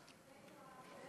מרב,